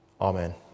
Amen